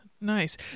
Nice